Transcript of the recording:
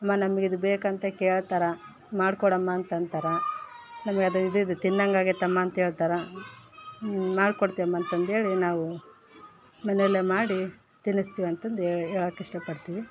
ಅಮ್ಮ ನಮ್ಗೆ ಇದು ಬೇಕುಂತ ಕೇಳ್ತಾರೆ ಮಾಡ್ಕೊಡು ಅಮ್ಮ ಅಂತ ಅಂತಾರೆ ನಮ್ಗೆ ಅದು ಇದಿದು ತಿನ್ನೊಂಗೆ ಆಗೇದಮ್ಮ ಅಂಥೇಳ್ತಾರೆ ಮಾಡ್ಕೊಡ್ತಿಮ್ಮ ಅಂತಂಥೇಳಿ ನಾವು ಮನೆಲ್ಲೇ ಮಾಡಿ ತಿನಿಸ್ತೀವಿ ಅಂತಂದು ಹೇಳು ಹೇಳೋಕ್ಕೆ ಇಷ್ಟಪಡ್ತೀವಿ